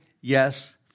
Yes